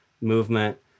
movement